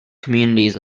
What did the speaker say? communities